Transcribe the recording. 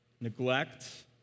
neglect